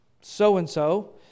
so-and-so